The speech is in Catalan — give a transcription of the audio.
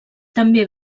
també